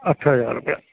अठ हज़ार रुपिया